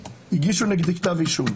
הגישו נגדי כתב אישום,